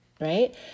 right